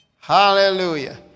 hallelujah